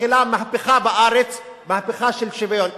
מתחילה מהפכה בארץ, מהפכה של שוויון.